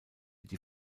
die